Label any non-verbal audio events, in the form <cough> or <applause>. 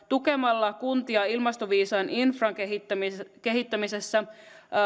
<unintelligible> tukemalla kuntia ilmastoviisaan infran kehittämisessä kehittämisessä